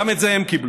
גם את זה הם קיבלו.